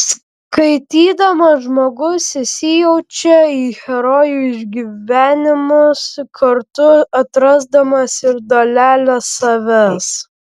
skaitydamas žmogus įsijaučia į herojų išgyvenimus kartu atrasdamas ir dalelę savęs